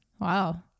Wow